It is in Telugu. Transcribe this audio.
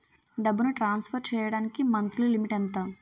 డబ్బును ట్రాన్సఫర్ చేయడానికి మంత్లీ లిమిట్ ఎంత?